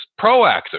proactive